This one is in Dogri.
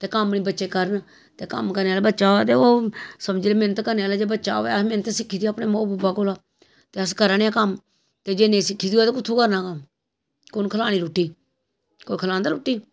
ते कम्म निं बच्चे करन ते कम्म करने आह्ला बच्चा होऐ ते ओह् समझी लैओ जे मैंह्नत करने आह्ला बच्चा होऐ मैंह्नत सिक्खी दी होऐ अपने माऊ बब्बै कोला ते अस करा ने आं कम्म ते जे नेईं सिक्खी दी होऐ ते कुत्थुं करना हा कु'न खलानी रुट्टी कोई खलांदा रुट्टी